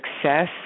success